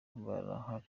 barahari